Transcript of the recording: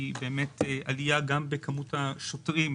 זה בעיקר עלייה בכמות השוטרים,